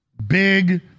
Big